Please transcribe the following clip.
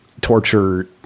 torture